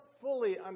fully